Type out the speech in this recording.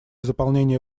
заполнения